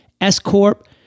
S-Corp